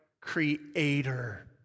Creator